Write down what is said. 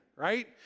right